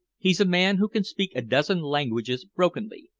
he's a man who can speak a dozen languages brokenly,